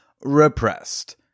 repressed